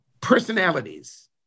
personalities